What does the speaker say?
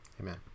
Amen